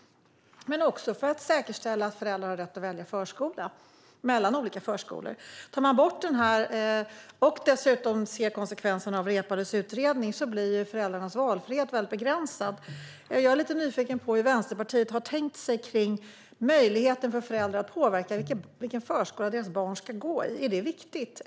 Men den infördes också för att säkerställa att föräldrar har rätt att välja mellan olika förskolor. Om man tar bort barnomsorgspengen och dessutom ser till konsekvenserna av Reepalus utredning blir föräldrarnas valfrihet begränsad. Jag är lite nyfiken på hur Vänsterpartiet har tänkt sig det hela när det gäller möjligheten för föräldrar att påverka i vilken förskola deras barn ska gå. Är det viktigt?